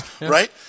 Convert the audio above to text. right